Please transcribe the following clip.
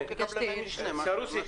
סרוסי,